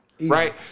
Right